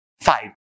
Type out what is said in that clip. five